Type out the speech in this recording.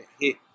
hit